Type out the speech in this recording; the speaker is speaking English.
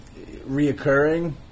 reoccurring